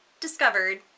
discovered